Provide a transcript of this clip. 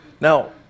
Now